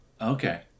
okay